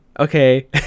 okay